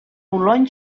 boulogne